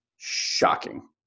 Shocking